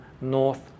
north